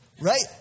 right